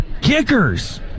kickers